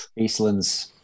Eastlands